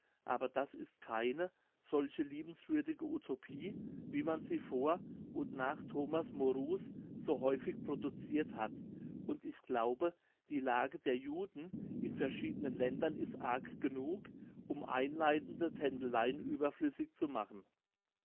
aber das ist keine solche liebenswürdige utopie wie man sie vor und nach thomas morus so häufig producirt hat und ich glaube die lage der juden in verschiedenen ländern ist arg genug um einleitende tändeleien überflüssig zu machen